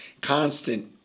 constant